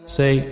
say